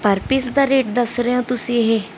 per piece ਦਾ rate ਦੱਸ ਰਿਹਾ ਤੁਸੀਂ ਇਹ